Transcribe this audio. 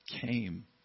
came